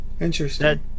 interesting